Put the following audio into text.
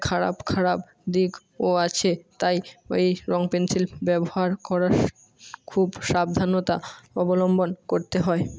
খারাপ খারাপ দিকও আছে তাই এই রঙ পেনসিল ব্যবহার করার খুব সাবধানতা অবলম্বন করতে হয়